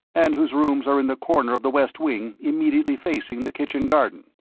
and whose rooms are in the corner of the west wing immediately facing the kitchen garden.